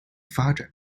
发展